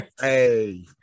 Hey